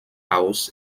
aus